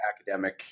academic